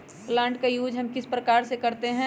Plant का use हम किस प्रकार से करते हैं?